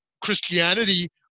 Christianity